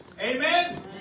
Amen